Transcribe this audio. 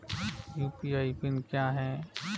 UPI PIN क्या है?